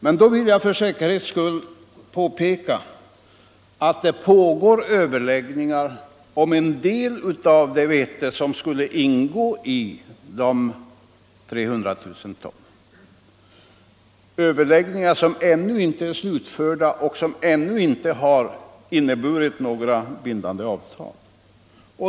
Men då vill jag för säkerhets skull påpeka att det pågår överläggningar om en del av det vete som skulle ingå i dessa 300 000 ton — överläggningar som ännu inte är slutförda och ännu inte inneburit några bindande avtal.